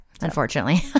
unfortunately